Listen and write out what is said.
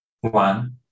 one